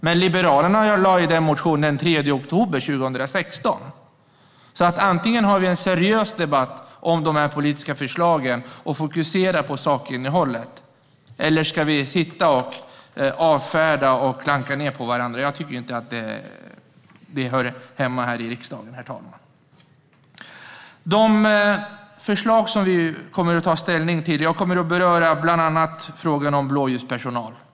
Men Liberalerna lade ju fram den motionen den 3 oktober 2016. Antingen har vi en seriös debatt om de här politiska förslagen med fokus på sakinnehållet, eller så sitter vi och avfärdar och klankar ned på varandra. Jag tycker inte att det senare hör hemma här i riksdagen, herr talman. När det gäller de förslag som vi kommer att ta ställning till kommer jag att beröra bland annat frågan om blåljuspersonal.